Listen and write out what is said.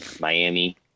Miami